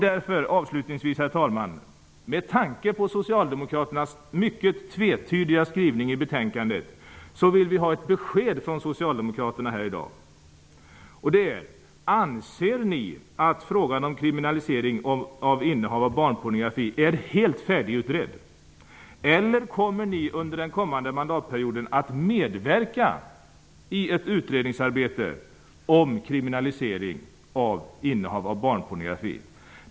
Därför vill vi, herr talman, med tanke på socialdemokraternas mycket tvetydiga skrivning i betänkandet, ha ett besked från dem i dag: Anser ni att frågan om kriminalisering av innehav av barnpornografi är helt färdigutredd, eller kommer ni under den kommande mandatperioden att medverka i ett utredningsarbete om kriminalisering av innehav av barnpornografi?